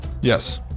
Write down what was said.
Yes